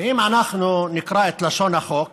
אם אנחנו נקרא את לשון החוק,